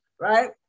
right